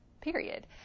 period